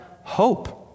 hope